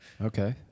okay